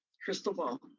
crystal ball.